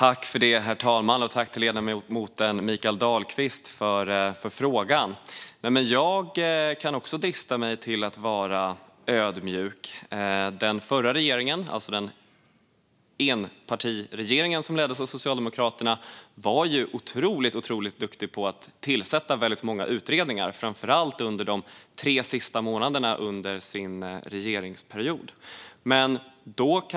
Herr talman! Tack, Mikael Dahlqvist, för frågan! Jag kan också drista mig till att vara ödmjuk. Den förra regeringen - alltså den enpartiregering som leddes av Socialdemokraterna - var ju otroligt duktig på att tillsätta många utredningar, framför allt under de tre sista månaderna av sin regeringsperiod.